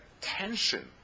tension